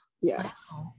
yes